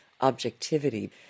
objectivity